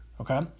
okay